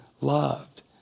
loved